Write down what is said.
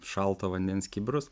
šalto vandens kibirus